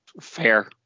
Fair